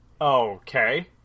Okay